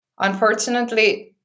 unfortunately